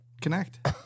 connect